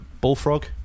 Bullfrog